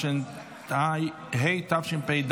התשפ"ד